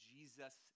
Jesus